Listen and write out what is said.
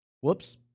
Whoops